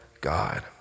god